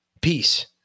Peace